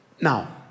Now